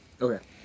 Okay